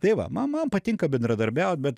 tai va ma man patinka bendradarbiaut bet